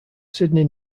sidney